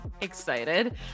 excited